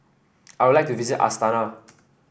I would like to visit Astana